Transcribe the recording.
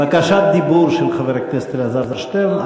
בקשת דיבור של חבר הכנסת אלעזר שטרן.